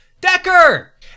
Decker